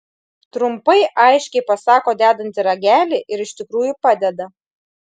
trumpai aiškiai pasako dedanti ragelį ir iš tikrųjų padeda